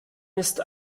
ist